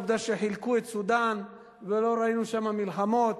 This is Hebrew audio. עובדה שחילקו את סודן ולא ראינו שם מלחמות,